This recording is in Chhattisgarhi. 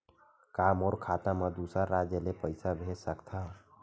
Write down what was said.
का मोर खाता म दूसरा राज्य ले पईसा भेज सकथव?